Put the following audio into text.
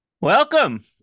welcome